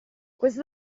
questo